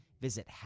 Visit